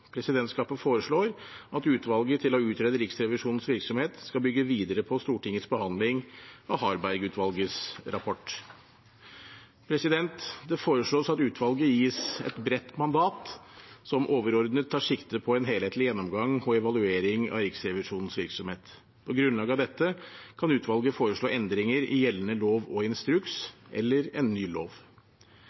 Presidentskapet foreslår at utvalget til å utrede Riksrevisjonens virksomhet skal bygge videre på Stortingets behandling av Harberg-utvalgets rapport. Det foreslås at utvalget gis et bredt mandat, som overordnet tar sikte på en helhetlig gjennomgang og evaluering av Riksrevisjonens virksomhet. På grunnlag av dette kan utvalget foreslå endringer i gjeldende lov og instruks, eller en ny lov.